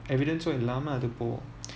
evidence இல்லாம அது போகும்:illaama athu pokum